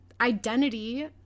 identity